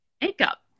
makeup